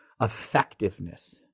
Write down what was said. effectiveness